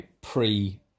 pre